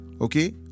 Okay